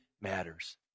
matters